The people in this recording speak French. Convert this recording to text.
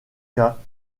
cas